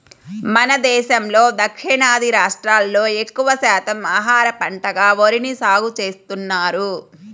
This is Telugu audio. మన దేశంలో దక్షిణాది రాష్ట్రాల్లో ఎక్కువ శాతం ఆహార పంటగా వరిని సాగుచేస్తున్నారు